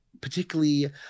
particularly